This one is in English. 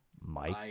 Mike